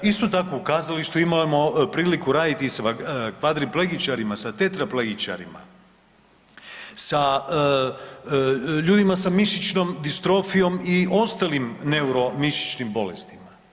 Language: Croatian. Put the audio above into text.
Isto tako u kazalištu imamo priliku raditi i sa kvadriplegičarima, sa tetraplegičarima, sa ljudima sa mišićnom distrofijom i ostalim neuromišićnim bolestima.